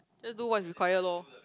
just do what's required lor